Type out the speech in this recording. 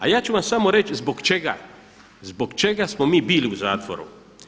A ja ću vam samo reći zbog čega, zbog čega smo mi bili u zatvoru?